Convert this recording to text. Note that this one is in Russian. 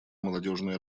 молодежные